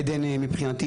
עדן, מבחינתי